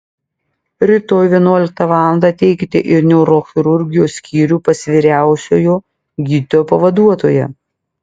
rytoj vienuoliktą valandą ateikite į neurochirurgijos skyrių pas vyriausiojo gydytojo pavaduotoją